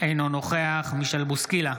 אינו נוכח מישל בוסקילה,